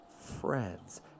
Friends